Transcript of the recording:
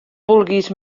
vulguis